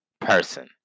person